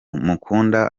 mukunda